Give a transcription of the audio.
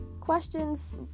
questions